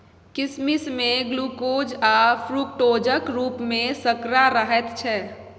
किसमिश मे ग्लुकोज आ फ्रुक्टोजक रुप मे सर्करा रहैत छै